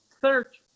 search